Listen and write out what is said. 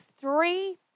three